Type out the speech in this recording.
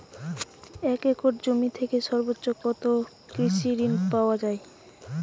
এক একর জমি থেকে সর্বোচ্চ কত কৃষিঋণ পাওয়া য়ায়?